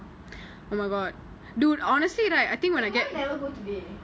eh why you never go today